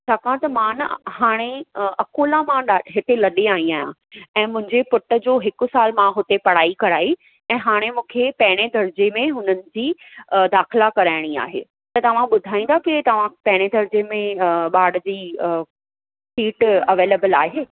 छाकाणि त मां न हाणे अकोला मां हिते लॾे आइ आहियां ऐं मुंहिंजे पुट जो हिकु साल मां हुते पढ़ाई कराई ऐं हाणे मूंखे पहिरें दर्जे में हुन जी दाख़िला कराइणी आहे त तव्हां ॿुधाईंदा कि तव्हां पहिरें दर्जे में ॿार जी सीट अवेलेबिल आहे